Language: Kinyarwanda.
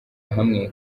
hamwe